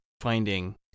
finding